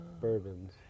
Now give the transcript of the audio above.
bourbons